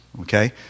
okay